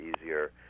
easier